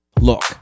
Look